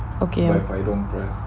okay